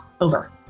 over